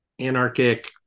anarchic